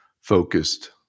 focused